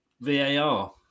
VAR